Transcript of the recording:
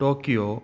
Tokyo